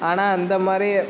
ஆனால் அந்த மாதிரி